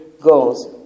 goals